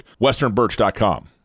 westernbirch.com